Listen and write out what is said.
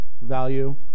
value